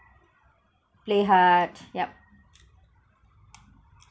play hard yup